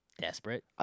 Desperate